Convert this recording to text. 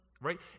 Right